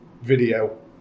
video